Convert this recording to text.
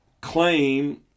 claim